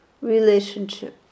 relationship